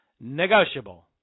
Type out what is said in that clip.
negotiable